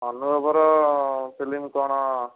ଅନୁଭବର film କଣ